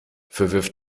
verwirf